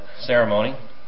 ceremony